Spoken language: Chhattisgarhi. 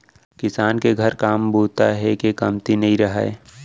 किसान के घर काम बूता हे के कमती नइ रहय